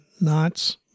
knots